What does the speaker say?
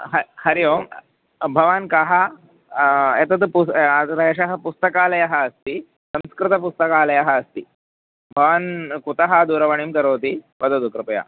ह हरिः ओम् भवान् कः एतत् पुस्तकं एषः पुस्तकालयः अस्ति संस्कृतपुस्तकालयः अस्ति भवान् कुतः दूरवाणीं करोति वदतु कृपया